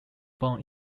born